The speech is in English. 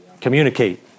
Communicate